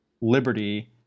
Liberty